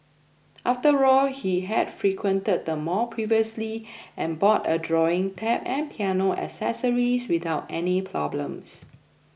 after all he had frequented the mall previously and bought a drawing tab and piano accessories without any problems